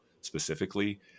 specifically